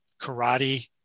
karate